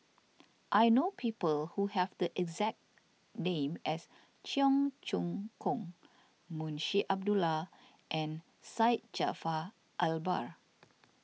I know people who have the exact name as Cheong Choong Kong Munshi Abdullah and Syed Jaafar Albar